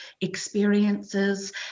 experiences